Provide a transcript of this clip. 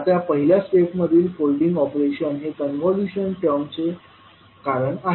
आता पहिल्या स्टेप मधील फोल्डिंग ऑपरेशन हे कॉन्व्होल्यूशन टर्म चे कारण आहे